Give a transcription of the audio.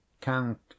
count